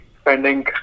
spending